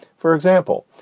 for example,